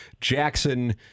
Jackson